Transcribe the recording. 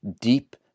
deep